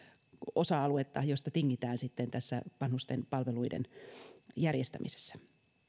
osa aluetta josta tingitään sitten tässä vanhustenpalveluiden järjestämisessä